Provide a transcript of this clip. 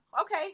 okay